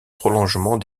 prolongement